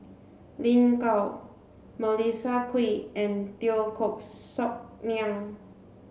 Lin Gao Melissa Kwee and Teo Koh Sock Miang